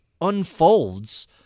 unfolds